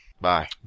Bye